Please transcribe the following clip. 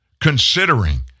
considering